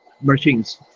machines